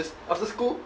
after school